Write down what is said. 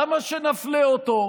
למה שנפלה אותו?